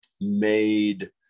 made